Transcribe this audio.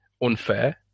unfair